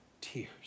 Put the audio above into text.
tears